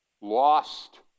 lost